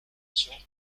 tian